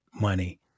money